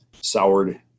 soured